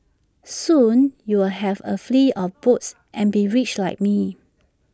soon you are have A fleet of boats and be rich like me